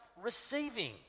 receiving